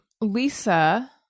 Lisa